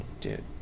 Dude